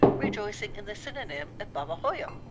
rejoicing in the synonym of babahoyo.